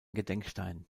gedenkstein